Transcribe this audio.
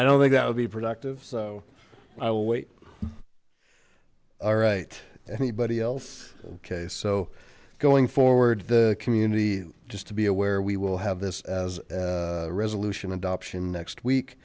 i don't think that would be productive so i will wait all right anybody else okay so going forward the community just to be aware we will have this as a resolution adoption next week